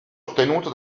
ottenuto